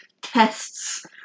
tests